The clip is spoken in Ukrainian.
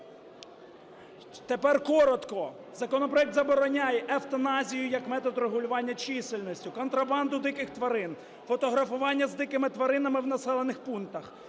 Тепер коротко. Закон забороняє евтаназію як метод регулювання чисельності, контрабанду диких тварин, фотографування з дикими тваринами в населених пунктах,